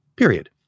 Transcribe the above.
Period